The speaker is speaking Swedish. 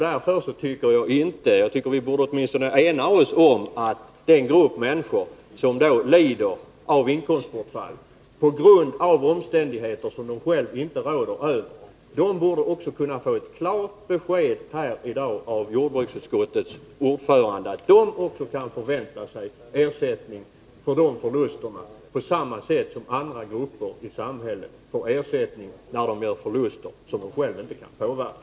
Därför tycker jag att vi åtminstone kunde bli eniga om att den grupp av människor som drabbas av inkomstbortfall, på grund av omständigheter de själva inte råder över, borde kunna få ett klart besked i dag av jordbruksutskottets ordförande innebärande att de kan förvänta sig ersättning för de förlusterna man åsamkats i samma utsträckning som andra grupper i samhället får ersättning när de drabbas av ekonomiska förluster som de själva inte kan påverka.